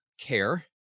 care